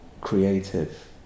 creative